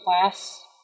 class